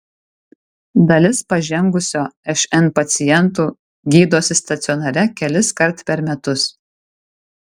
dalis pažengusio šn pacientų gydosi stacionare keliskart per metus